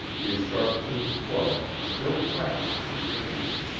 his sharp-toothed club still clasped in his hands.